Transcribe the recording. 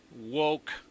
woke